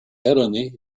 erronée